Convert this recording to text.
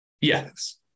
Yes